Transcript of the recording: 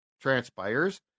transpires